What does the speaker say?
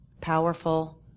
powerful